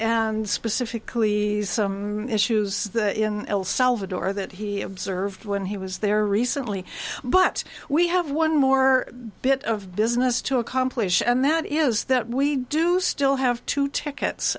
and specifically some issues in el salvador that he observed when he was there recently but we have one more bit of business to accomplish and that is that we do still have to